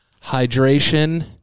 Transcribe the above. Hydration